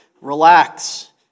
Relax